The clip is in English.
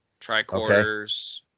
Tricorders